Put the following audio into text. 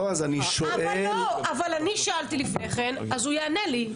לא, אני שאלתי לפני כן, אז הוא יענה לי.